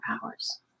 powers